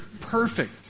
perfect